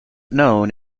known